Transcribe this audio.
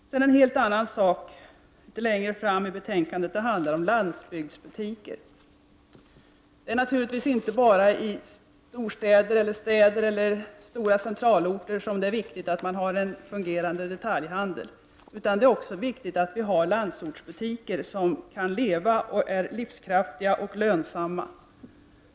Sedan till en helt annan fråga som behandlas litet längre fram i betänkandet, nämligen landsbygdsbutiker. Det är naturligtvis inte bara i storstäder, städer och centralorter som det är viktigt att man har en fungerande detaljhandel. Det är också viktigt att vi har landsortsbutiker som kan leva och är livskraftiga och lönsamma.